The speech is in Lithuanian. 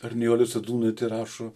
ar nijolė sadūnaitė rašo